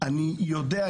ואני יודע,